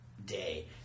Day